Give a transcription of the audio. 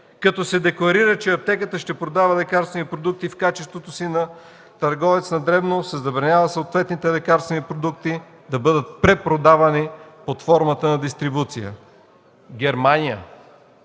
като се декларира, че аптеката ще продава лекарствени продукти в качеството си на търговец на дребно и се забранява съответните лекарствени продукти да бъдат препродавани под формата на дистрибуция. Германия.